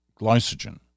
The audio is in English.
glycogen